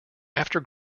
after